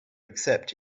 accept